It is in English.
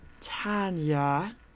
Tanya